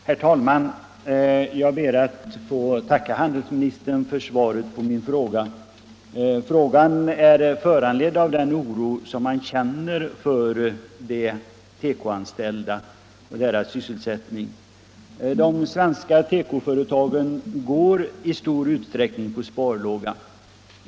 Herr talman! Jag ber att få tacka handelsministern för svaret på min fråga. Frågan är föranledd av en oro som man känner för de tekoanställda och deras sysselsättning. De svenska tekoföretagen går i stor utsträckning på sparlåga.